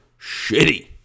shitty